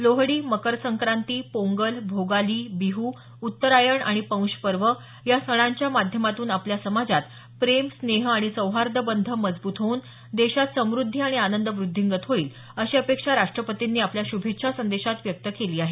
लोहडी मकर संक्रांती पोंगल भोगाली बिहू उत्तरायण आणि पौष पर्व या सणांच्या माध्यमातून आपल्या समाजात प्रेम स्नेह आणि सौहार्द बंध मजबूत होवून देशात सम़द्धी आणि आनंद व्रद्धिंगत होईल अशी अपेक्षा राष्ट्रपतींनी आपल्या श्भेच्छा संदेशात व्यक्त केली आहे